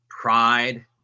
pride